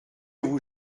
vous